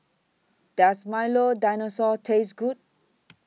Does Milo Dinosaur Taste Good